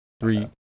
Three